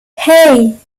hey